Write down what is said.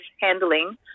handling